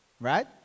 right